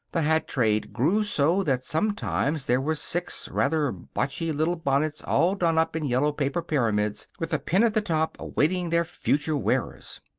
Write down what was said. the hat trade grew so that sometimes there were six rather botchy little bonnets all done up in yellow paper pyramids with a pin at the top, awaiting their future wearers.